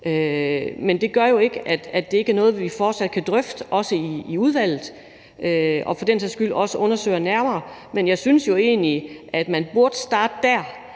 men det gør jo ikke, at det ikke er noget, vi fortsat kan drøfte, også i udvalget, og for den sags skyld også undersøge nærmere. Men jeg synes jo egentlig, at man burde starte der